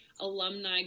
alumni